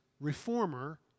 reformer